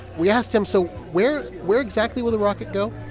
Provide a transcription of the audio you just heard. we asked him, so where where exactly will the rocket go?